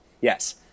yes